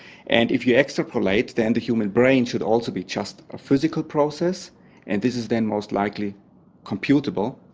and if you extrapolate then the human brain should also be just a physical process and this is then most likely computable.